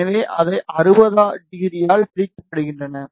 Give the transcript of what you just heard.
எனவே அவை 600 ஆல் பிரிக்கப்படுகின்றன